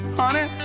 honey